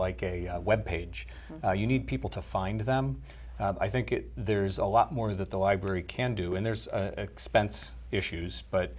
like a web page you need people to find them i think it there's a lot more that the library can do and there's expense issues but